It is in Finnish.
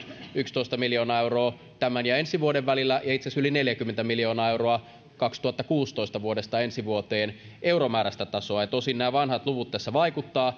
yksitoista miljoonaa euroa tämän ja ensi vuoden välillä ja itse asiassa yli neljäkymmentä miljoonaa euroa vuodesta kaksituhattakuusitoista ensi vuoteen euromääräistä tasoa tosin nämä vanhat luvut tässä